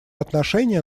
отношения